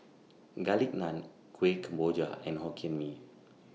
Garlic Naan Kuih Kemboja and Hokkien Mee